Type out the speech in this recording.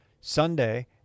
Sunday